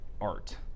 art